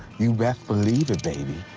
you best believe it, baby.